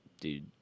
Dude